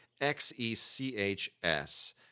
X-E-C-H-S